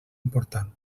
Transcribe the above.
important